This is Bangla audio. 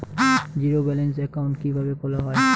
জিরো ব্যালেন্স একাউন্ট কিভাবে খোলা হয়?